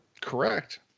Correct